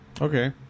Okay